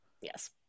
Yes